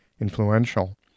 influential